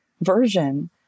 version